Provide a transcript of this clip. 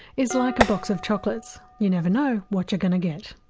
is like a box of chocolates, you never know what you're going to get.